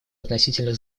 относительно